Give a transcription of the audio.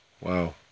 Wow